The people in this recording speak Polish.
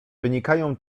wynikają